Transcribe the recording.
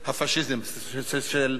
של פסילת האחר.